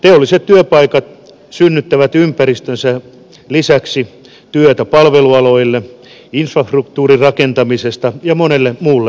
teolliset työpaikat synnyttävät ympäristönsä lisäksi työtä palvelualoille infrastruktuurin rakentamiseen ja monelle muulle alalle